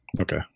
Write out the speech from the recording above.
okay